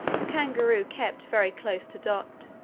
the kangaroo kept very close to dot,